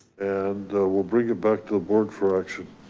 and we'll bring it back to a board for action